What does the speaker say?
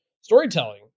storytelling